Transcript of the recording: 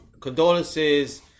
condolences